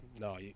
no